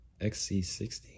XC60